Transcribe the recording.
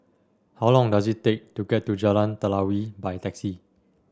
how long does it take to get to Jalan Telawi by taxi